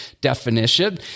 definition